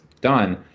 done